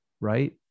right